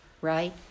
right